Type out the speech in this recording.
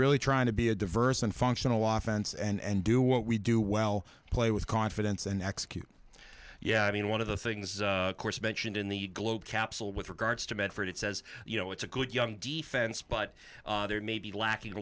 really trying to be a diverse and functional off ants and do what we do well play with confidence and execute yeah i mean one of the things course mentioned in the glow capsule with regards to bedford it says you know it's a good young defense but there may be lacking a